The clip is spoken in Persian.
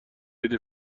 عید